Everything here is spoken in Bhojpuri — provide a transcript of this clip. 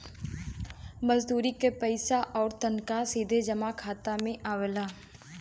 मजदूरी क पइसा आउर तनखा सीधे जमा खाता में आवला